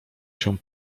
się